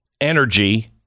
energy